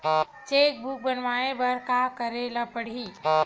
Cheque book बनवाय बर का करे ल पड़हि?